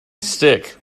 stick